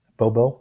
？Bobo，